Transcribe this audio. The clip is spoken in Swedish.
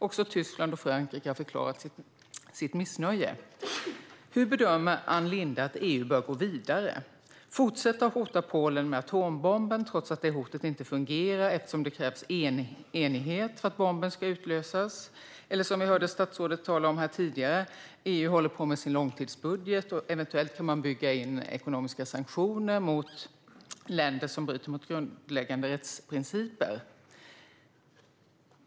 Också Tyskland och Frankrike har förklarat sitt missnöje. Hur bedömer Ann Linde att EU bör gå vidare? Ska man fortsätta att hota Polen med den så kallade atombomben, trots att detta hot inte fungerar eftersom det krävs enighet för att den ska utlösas? Som vi hörde statsrådet tala om här tidigare håller EU på med sin långtidsbudget, och eventuellt kan man bygga in ekonomiska sanktioner mot länder som bryter mot grundläggande rättsprinciper.